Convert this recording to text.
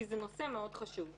כי זה נושא מאוד חשוב.